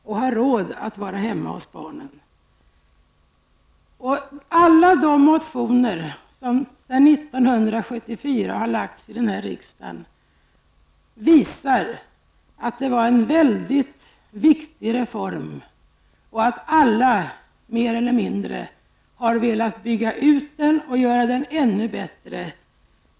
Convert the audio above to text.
Alla de motioner i detta ärende som sedan 1974 har lagts fram i den här riksdagen visar att det var en mycket viktig reform och att alla mer eller mindre har velat bygga ut den och göra den ännu bättre.